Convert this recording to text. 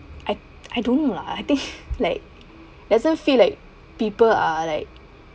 I I don't know lah I think like doesn't feel like people are like